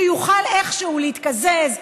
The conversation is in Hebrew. שיכול איכשהו להתקזז,